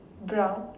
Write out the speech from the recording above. brown